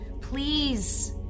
please